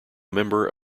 member